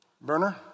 burner